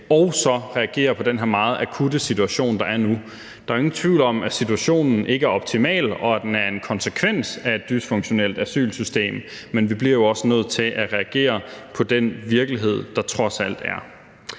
reagere på den her meget akutte situation. Der er jo ingen tvivl om, at situationen ikke er optimal, og at den er en konsekvens af et dysfunktionelt asylsystem, men vi bliver jo også nødt til at reagere på den virkelighed, der trods alt er.